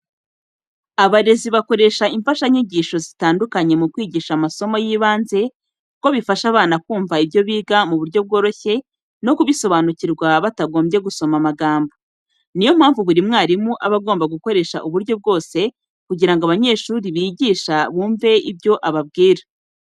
Abarezi bakoresha imfashanyigisho zitandikanye mu kwigisha amasomo y'ibanze kuko bifasha abana kumva ibyo biga mu buryo bworoshye no kubisobanukirwa batagombye gusoma amagambo. Niyo mpamvu buri mwarimu aba agomba gukoresha uburyo bwose kugira ngo abanyeshuri yigisha bumve ibyo ababwira.